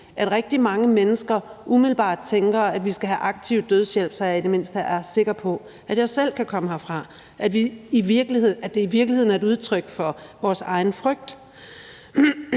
at rigtig mange mennesker umiddelbart tænker, at vi skal have aktiv dødshjælp, så de i det mindste er sikre på, at de selv kan komme herfra, altså at det i virkeligheden er udtryk for vores egen frygt.